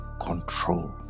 control